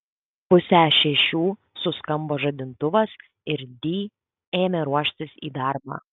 pusę šešių suskambo žadintuvas ir di ėmė ruoštis į darbą